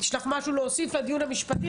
יש לך משהו להוסיף לדיון המשפטי?